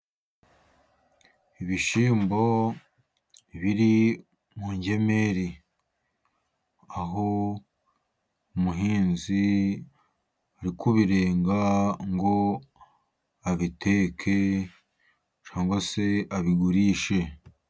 Ibishyimbo biri mu ngemeri, aho umuhinzi ari kubirenga ngo abiteke cyangwa se abigurishe.